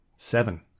Seven